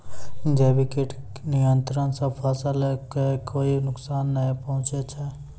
जैविक कीट नियंत्रण सॅ फसल कॅ कोय नुकसान नाय पहुँचै छै